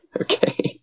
okay